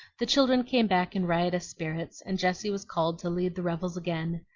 the children came back in riotous spirits, and jessie was called to lead the revels again.